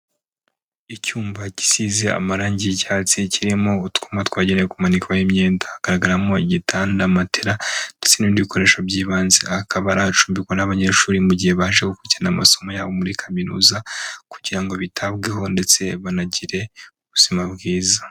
Icyumba gisize amarangi y'icyatsi kirimo utwuma twagenewe kumanikwaho imyenda, hagaragaramo igitanda, matara, ndetse n'ibindi bikoresho by'ibanze, aha akaba ari ahacumbikwa n'abanyeshuri mu gihe baje gukurikirana amasomo yabo muri kaminuza kugira ngo bitabweho ndetse banagire ubuzima bwiza.